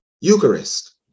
eucharist